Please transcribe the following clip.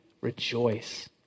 rejoice